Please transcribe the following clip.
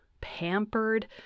pampered